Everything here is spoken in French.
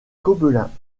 gobelins